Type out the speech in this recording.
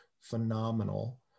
phenomenal